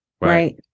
right